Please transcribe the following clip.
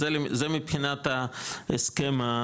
זה מבחינת הסכם,